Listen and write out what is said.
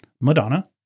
Madonna